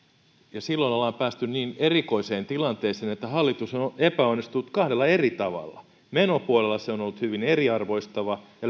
ja silloin ollaan päästy niin erikoiseen tilanteeseen että hallitus on on epäonnistunut kahdella eri tavalla menopuolella se on ollut hyvin eriarvoistava ja